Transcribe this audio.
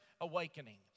Awakening